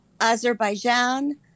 Azerbaijan